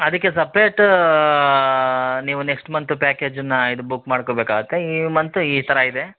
ಅದಕ್ಕೆ ಸಪ್ರೇಟ್ ನೀವು next month ಪ್ಯಾಕೇಜನ್ನ ಇದು ಬುಕ್ ಮಾಡ್ಕೊಬೇಕು ಆಗುತ್ತೆ ಈ ಮಂತ್ ಈ ಥರ ಇದೆ